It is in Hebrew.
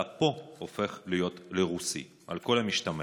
אתה הופך להיות פה "רוסי", על כל המשתמע.